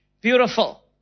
Beautiful